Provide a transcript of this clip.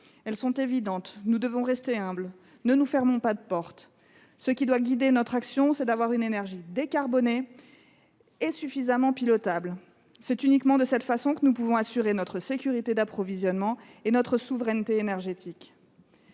sont évidentes, nous devons rester humbles et ne nous fermer aucune porte. Ce qui doit guider notre action, c’est l’ambition d’avoir une énergie décarbonée et suffisamment pilotable. C’est uniquement ainsi que nous pourrons assurer notre sécurité d’approvisionnement et notre souveraineté énergétique.